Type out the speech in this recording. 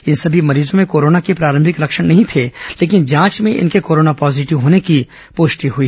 इन सभी मरीजों में कोरोना के प्रारंभिक लक्षण नहीं थे लेकिन जांच में इनके कोरोना पॉजीटिव होने की पृष्टि हुई